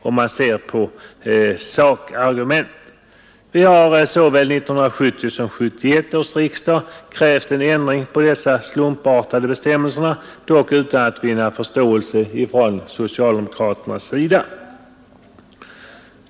Vi har vid såväl 1970 som 1971 års riksdag krävt en ändring av dessa slumpartade bestämmelser, dock utan att vinna förståelse från socialdemokraternas sida.